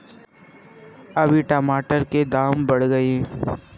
अभी टमाटर के दाम बढ़ गए